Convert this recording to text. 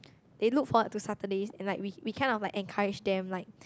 they look forward to Saturdays and like we we kind of like encourage them like